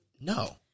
no